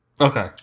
Okay